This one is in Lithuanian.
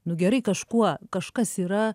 nu gerai kažkuo kažkas yra